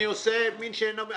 אני מחבר מין בשאינו מינו.